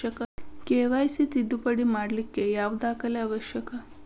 KYC ತಿದ್ದುಪಡಿ ಮಾಡ್ಲಿಕ್ಕೆ ಯಾವ ದಾಖಲೆ ಅವಶ್ಯಕ?